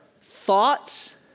thoughts